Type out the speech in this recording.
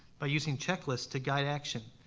by using checklists to guide action.